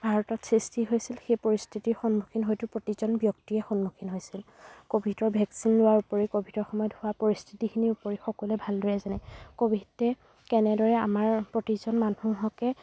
ভাৰতত সৃষ্টি হৈছিল সেই পৰিস্থিতিৰ সন্মুখীন হয়তো প্ৰতিজন ব্য়ক্তিয়ে সন্মুখীন হৈছিল ক'ভিডৰ ভেকচিন লোৱাৰ উপৰিও ক'ভিডৰ সময়ত হোৱা পৰিস্থিতিখিনি সকলোৱে ভালদৰে যানে ক'ভিডে কেনেদৰে আমাৰ প্ৰতিজন মানুহকে